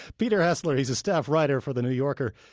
peter hessler, he's a staff writer for the new yorker.